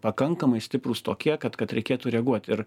pakankamai stiprūs tokie kad kad reikėtų reaguot ir